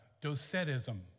Docetism